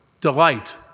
delight